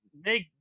make